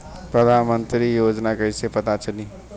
मुख्यमंत्री योजना कइसे पता चली?